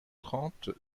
trente